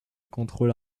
contrôle